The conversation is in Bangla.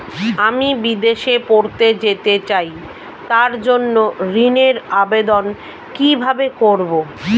আমি বিদেশে পড়তে যেতে চাই তার জন্য ঋণের আবেদন কিভাবে করব?